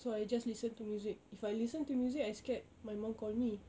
so I just listen to music if I listen to music I scared my mum call me